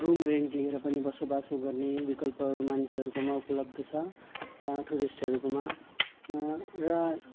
room rent लिएर पनि बसोबासो गर्ने विकल्पहरू मानिसहरूकोमा उपलब्ध छ टुरिस्टहरूकोमा र